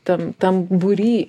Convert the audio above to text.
tam tam būry